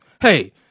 hey